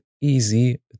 easy